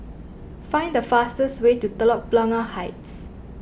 find the fastest way to Telok Blangah Heights